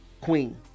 Queen